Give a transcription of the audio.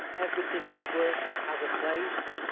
everything in the workshop has a place,